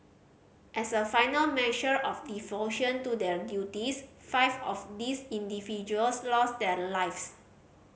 as a final measure of devotion to their duties five of these individuals lost their lives